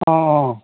অ